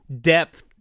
depth